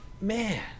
Man